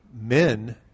men